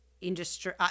industry